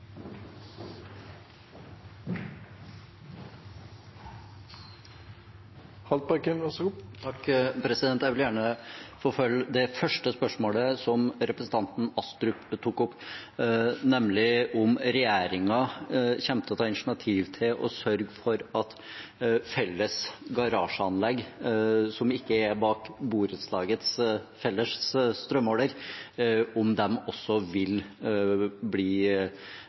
Jeg vil gjerne forfølge det første spørsmålet som representanten Astrup tok opp, nemlig om regjeringen kommer til å ta initiativ til å sørge for at felles garasjeanlegg, som ikke er bak borettslagets felles strømmåler, også vil bli